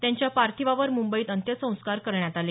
त्यांच्या पार्थिवावर मुंबईत अंत्यसंस्कार करण्यात आले